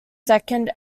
second